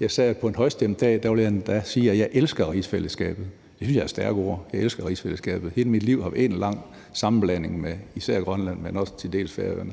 Jeg sagde: På en højstemt dag vil jeg endda sige, at jeg elsker rigsfællesskabet. Det synes jeg er stærke ord. Jeg elsker rigsfællesskabet. Hele mit liv har været en lang sammenblanding med især Grønland, men også til dels Færøerne;